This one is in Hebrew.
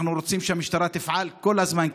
אנחנו רוצים שהמשטרה תפעל ככה כל הזמן,